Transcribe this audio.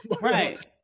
right